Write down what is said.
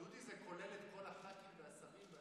דודי, זה כולל את כל הח"כים והשרים?